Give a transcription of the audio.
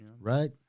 right